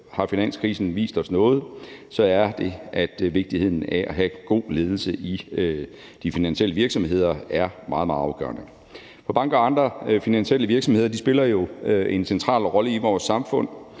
har finanskrisen vist os noget, er det vigtigheden af at have god ledelse i de finansielle virksomheder. Det er meget, meget afgørende. For banker og andre finansielle virksomheder spiller jo en central rolle i vores samfund,